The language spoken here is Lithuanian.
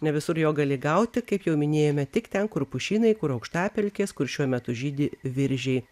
ne visur jo gali gauti kaip jau minėjome tik ten kur pušynai kur aukštapelkės kur šiuo metu žydi viržiai